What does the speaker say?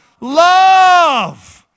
love